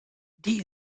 die